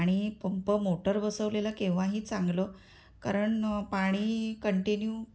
आणि pump motor बसवलेला केव्हाही चांगलं कारण पाणी कंटिन्यू